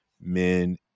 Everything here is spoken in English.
men